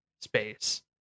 space